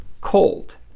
cold